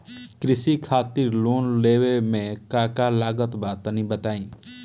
कृषि खातिर लोन लेवे मे का का लागत बा तनि बताईं?